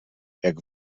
jak